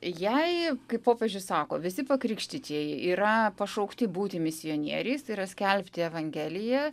jei kaip popiežius sako visi pakrikštytieji yra pašaukti būti misionieriais ir skelbti evangeliją